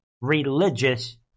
religious